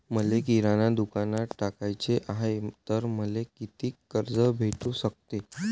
मले किराणा दुकानात टाकाचे हाय तर मले कितीक कर्ज भेटू सकते?